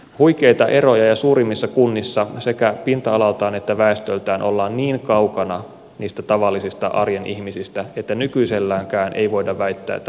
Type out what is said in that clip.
huikeita eroja ja suurimmissa kunnissa sekä pinta alaltaan että väestöltään ollaan niin kaukana niistä tavallisista arjen ihmisistä että nykyiselläänkään ei voida väittää että paikallisdemokratia toteutuu